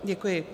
Děkuji.